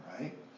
right